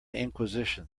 inquisition